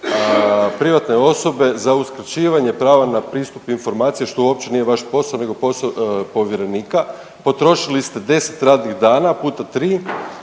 privatne osobe za uskraćivanje prava na pristup informacija što uopće nije vaš posao nego posao povjerenika, potrošili ste 10 radnih dana puta